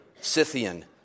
Scythian